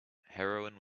heroin